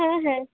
হ্যাঁ হ্যাঁ